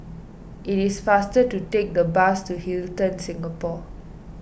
it is faster to take the bus to Hilton Singapore